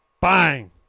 Bang